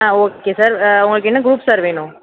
ஆ okay sir உங்களுக்கு என்ன group sir வேணும்